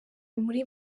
muri